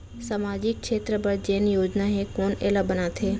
सामाजिक क्षेत्र बर जेन योजना हे कोन एला बनाथे?